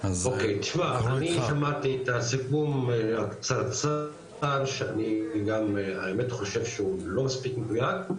אני שמעתי את הסיכום הקצרצר שאני גם האמת חושב שהוא לא מספיק מדויק,